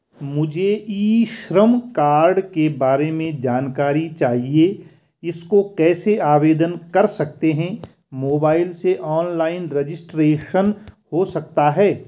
मुझे e Shram card के बारे में जानकारी चाहिए इसको कैसे आवेदन कर सकते हैं मोबाइल से ऑनलाइन रजिस्ट्रेशन हो सकता है?